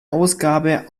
ausgabe